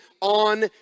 on